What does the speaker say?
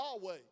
Yahweh